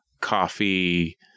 coffee